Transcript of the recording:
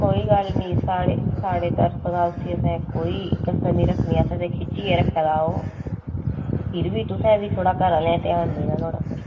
कोई गल्ल निं साढ़ी तरफ दा असें उसी कोई कसर निं रक्खनी खिच्चियै रक्खे दा असें ओह् ते फिर बी तुसें घरें आह्लें ध्यान देना नुहाड़ा